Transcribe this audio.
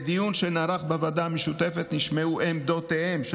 בדיון שנערך בוועדה המשותפת נשמעו עמדותיהם של